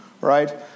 right